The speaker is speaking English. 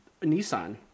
Nissan